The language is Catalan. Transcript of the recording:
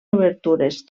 obertures